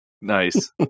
Nice